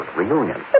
reunion